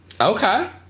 Okay